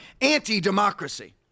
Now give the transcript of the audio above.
anti-democracy